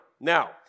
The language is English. Now